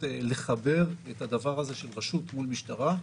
לחבר את הדבר הזה של רשות מול משטרה,